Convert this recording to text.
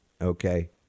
okay